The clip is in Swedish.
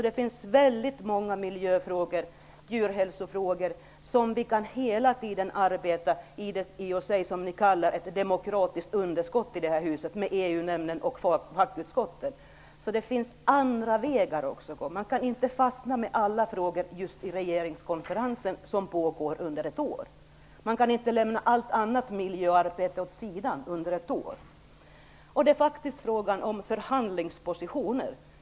Det finns väldigt många miljöfrågor och djurhälsofrågor som vi kan arbeta med hela tiden i t.ex. EU nämnden och fackutskotten, även om ni säger att det finns ett demokratiskt underskott i det här huset. Det finns alltså andra vägar att gå. Man kan inte fastna med alla frågor just i regeringskonferensen, som pågår i ett år. Man kan inte lämna allt annat miljöarbete åt sidan under ett år. Det är också en fråga om förhandlingspositioner.